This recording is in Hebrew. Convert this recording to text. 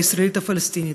הישראלית פלסטינית,